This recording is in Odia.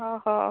ଓହୋ